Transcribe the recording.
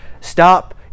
stop